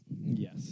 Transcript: Yes